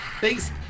Thanks